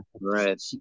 Right